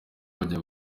bajya